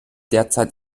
derzeit